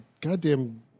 goddamn